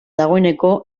dagoeneko